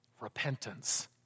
Repentance